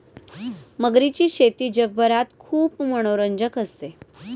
मगरीची शेती जगभरात खूप मनोरंजक असते